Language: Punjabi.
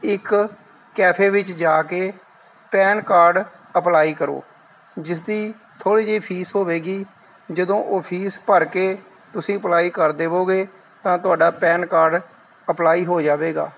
ਇੱਕ ਕੈਫੇ ਵਿੱਚ ਜਾ ਕੇ ਪੈਨ ਕਾਰਡ ਅਪਲਾਈ ਕਰੋ ਜਿਸਦੀ ਥੋੜੀ ਜਿਹੀ ਫੀਸ ਹੋਵੇਗੀ ਜਦੋਂ ਉਹ ਫੀਸ ਭਰ ਕੇ ਤੁਸੀਂ ਅਪਲਾਈ ਕਰ ਦੇਵੋਗੇ ਤਾਂ ਤੁਹਾਡਾ ਪੈਨ ਕਾਰਡ ਅਪਲਾਈ ਹੋ ਜਾਵੇਗਾ